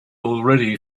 already